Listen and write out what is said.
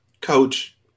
coach